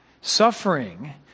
Suffering